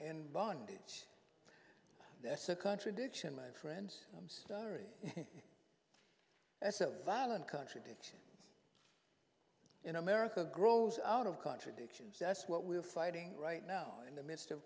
in bondage that's a contradiction my friends i'm stirring as a violent country ditch in america grows out of contradictions that's what we're fighting right now in the midst of